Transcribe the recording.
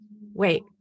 wait